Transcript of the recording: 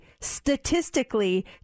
statistically